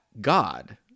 God